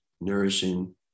nourishing